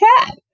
cat